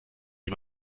die